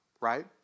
right